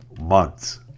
months